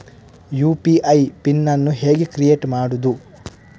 UPI PIN ಅನ್ನು ಹೇಗೆ create ಮಾಡುದು?